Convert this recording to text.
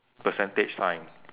percentage sign